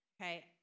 okay